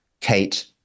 Kate